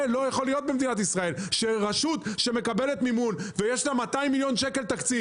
לא יכול להיות שרשות שמקבלת מימון ויש לה תקציב של 200 מיליון ₪,